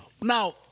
Now